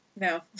No